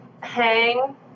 hang